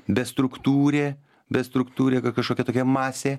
bestruktūrė bestruktūrė ka kažkokia tokia masė